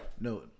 No